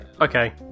okay